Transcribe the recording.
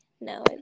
no